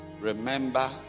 remember